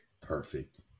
Perfect